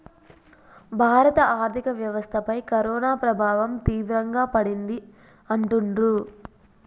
భారత ఆర్థిక వ్యవస్థపై కరోనా ప్రభావం తీవ్రంగా పడింది అంటుండ్రు